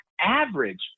average